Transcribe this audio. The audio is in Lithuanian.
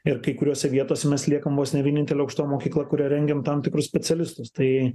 ir kai kuriose vietose mes liekam vo ne vienintelė aukštoji mokykla kuri rengiam tam tikrus specialistus tai